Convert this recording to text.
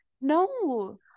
No